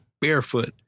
barefoot